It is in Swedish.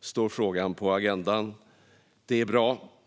står frågan på agendan, och det är bra.